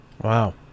Wow